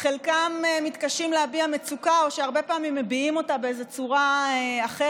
חלקם מתקשים להביע מצוקה או שהרבה פעמים הם מביעים אותה בצורה אחרת,